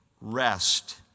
rest